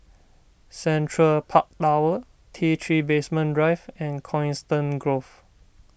Central Park Tower T three Basement Drive and Coniston Grove